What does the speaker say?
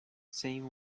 same